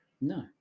No